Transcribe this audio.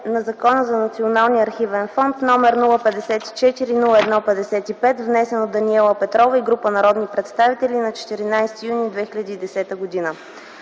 на Закона за Националния архивен фонд № 054-01-55, внесен от Даниела Петрова и група народни представители на 14 юни 2010 г.